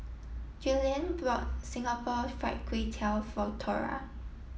Julian bought Singapore Fried Kway Tiao for Thora